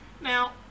now